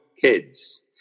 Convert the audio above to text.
kids